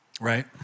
right